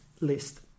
list